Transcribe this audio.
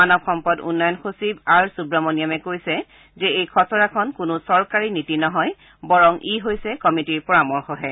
মানৱ সম্পদ উন্নয়ন সচিব আৰ সূৱমণিয়মে কৈছে যে এই খচৰাখন কোনো চৰকাৰী নীতি নহয় বৰং ই হৈছে কমিটীৰ পৰামৰ্শহে